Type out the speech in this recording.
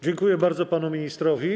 Dziękuję bardzo panu ministrowi.